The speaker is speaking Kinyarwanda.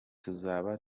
tuzaba